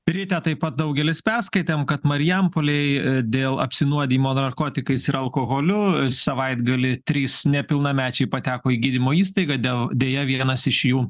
ryte taip pat daugelis perskaitėm kad marijampolėj dėl apsinuodijimo narkotikais ir alkoholiu savaitgalį trys nepilnamečiai pateko į gydymo įstaigą dėl deja vienas iš jų